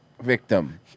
victim